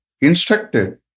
instructed